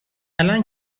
الان